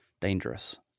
dangerous